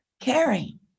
caring